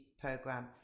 program